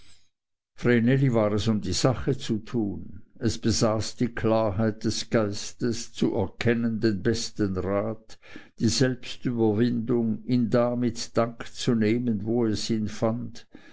war es um die sache zu tun es besaß die klarheit des geistes zu erkennen den besten rat die selbstüberwindung ihn da mit dank zu nehmen wo es ihn fand